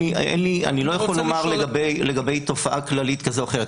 אני לא יכול לומר לגבי תופעה כללית כזו או אחרת.